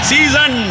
Season